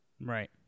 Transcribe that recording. right